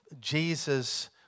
Jesus